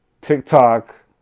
TikTok